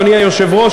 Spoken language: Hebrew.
אדוני היושב-ראש,